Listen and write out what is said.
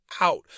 out